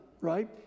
right